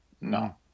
No